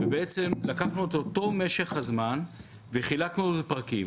לקחנו את אותו משך הזמן וחילקנו לפרקים.